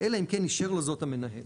אלא אם כן אישר לו זאת המנהל.";